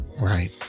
right